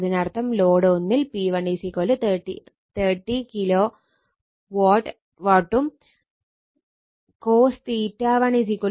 അതിനർത്ഥം ലോഡ് 1 ൽ P1 30 KW ഉം cos1 0